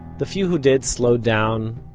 the few who did slowed down,